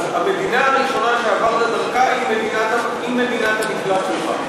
המדינה הראשונה שעברת דרכה היא מדינת המקלט שלך.